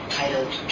titled